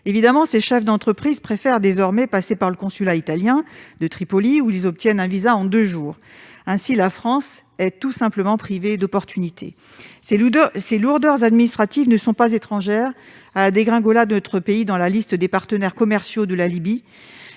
entendu, ces chefs d'entreprise préfèrent désormais passer par le consulat italien de Tripoli où ils obtiennent un visa en deux jours, privant la France d'opportunités. Ces lourdeurs administratives ne sont pas étrangères à la dégringolade de notre pays dans la liste des partenaires commerciaux de la Libye,